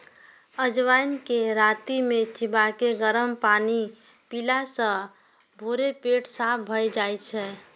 अजवाइन कें राति मे चिबाके गरम पानि पीला सं भोरे पेट साफ भए जाइ छै